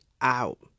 out